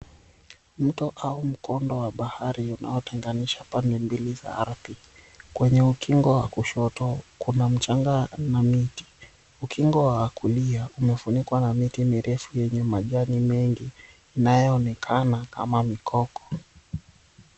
Mto au mkondo wa bahari unaotenganisha pande mbili za ardhi. Kwenye ukingo wa kushoto kuna mchanga na miti. Ukingo wa kulia umefunikwa na miti mirefu yenye manjani mengi inayoonekana kama mikoko.